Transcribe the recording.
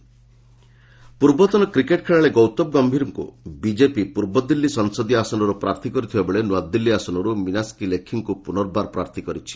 BJP Congress candidate ପୂର୍ବତନ cricket ଖେଳାଳି ଗୌତମ ଗମ୍ଭୀରଙ୍କୁ ବିଜେପି ପୂର୍ବଦିଲ୍ଲୀ ସଂସଦୀୟ ଆସନରୁ ପ୍ରାର୍ଥୀ କରିଥିବା ବେଳେ ନୂଆଦିଲ୍ଲୀ ଆସନରୁ ମିନାକ୍ଷୀ ଲେଖିଙ୍କୁ ପୁନର୍ବାର ପ୍ରାର୍ଥୀ କରିଛି